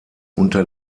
unter